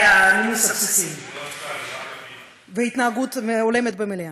הנימוס הבסיסי ועל התנהגות הולמת במליאה.